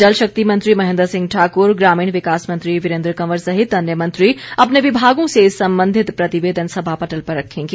जलशक्ति मंत्री महेंद्र सिंह ठाकुर ग्रामीण विकास मंत्री वीरेंद्र कंवर सहित अन्य मंत्री अपने विभागों से संबंधित प्रतिवेदन सभा पटल पर रखेंगे